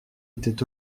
était